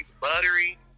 buttery